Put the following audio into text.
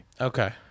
okay